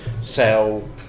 sell